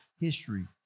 history